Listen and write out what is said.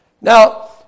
Now